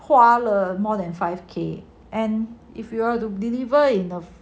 花了 more than five K and if you want to deliver in the